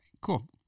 cool